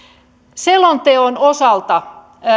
selonteon osalta